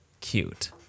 cute